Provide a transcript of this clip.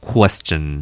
Question